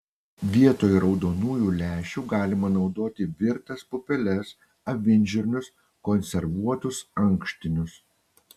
vietoj raudonųjų lęšių galima naudoti virtas pupeles avinžirnius konservuotus ankštinius